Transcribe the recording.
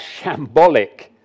shambolic